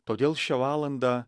todėl šią valandą